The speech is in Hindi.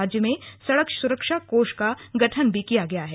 राज्य में सड़क सुरक्षा कोष का गठन भी किया गया है